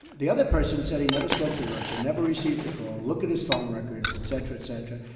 the other person said he never spoke to russia, never received a call. look at his phone records, et cetera, et cetera.